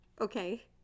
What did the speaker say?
okay